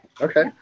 Okay